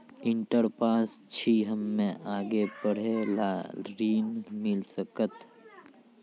Inter pass छी हम्मे आगे पढ़े ला ऋण मिल सकत?